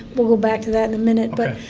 we'll go back to that in a minute. but